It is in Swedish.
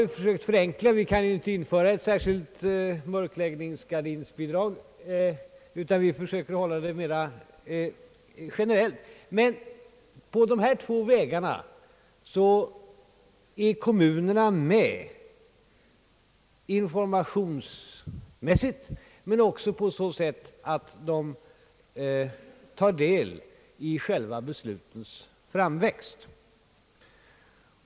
Vi kan ju t.ex. inte gärna införa mörkläggningsgardinsbidrag, utan vi försöker hålla bidragen mera generella. Kommunerna är emellertid med dels informationsmässigt, dels också på så sätt att de tar del i själva beslutens framväxt.